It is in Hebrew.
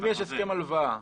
אם יש הסכם הלוואה,